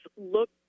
look